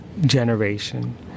generation